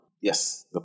Yes